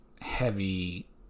heavy